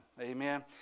Amen